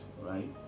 right